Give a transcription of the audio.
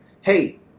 hey